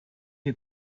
you